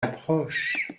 approche